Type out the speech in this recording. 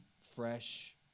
fresh